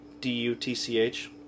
D-U-T-C-H